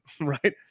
Right